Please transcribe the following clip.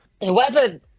Whoever